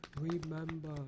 remember